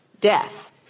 death